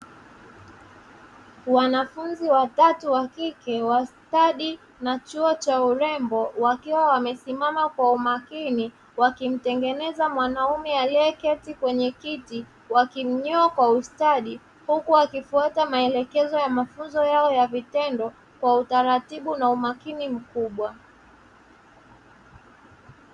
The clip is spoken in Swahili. Wanafunzi watatu wa kike; wa stadi na chuo cha urembo, wakiwa wamesimama kwa umakini, wakimtengeneza mwanaume aliyeketi kwenye kiti wakimnyoa kwa ustadi, huku wakifuata maelekezo ya mafunzo yao ya vitendo kwa utaratibu na umakini mkubwa.